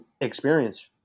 experience